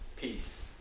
Peace